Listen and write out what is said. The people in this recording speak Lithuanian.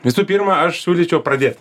visų pirma aš siūlyčiau pradėt